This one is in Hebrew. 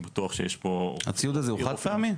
אני בטוח שיש פה --- הציוד הזה הוא חד פעמי?